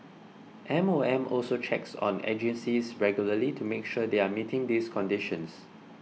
M O M also checks on agencies regularly to make sure they are meeting these conditions